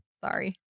sorry